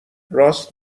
راست